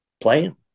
playing